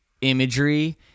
imagery